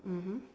mmhmm